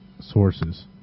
sources